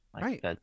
Right